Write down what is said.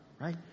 right